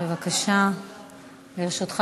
היושבת-ראש, תודה